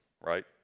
right